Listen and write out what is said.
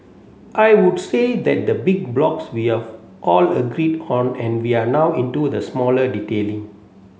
I would say that the big blocks we are all agreed on and we're now into the smaller detailing